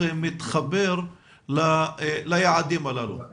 מתחבר ליעדים שהציגה מנכ"לית בטרם,